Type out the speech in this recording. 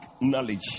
knowledge